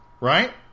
right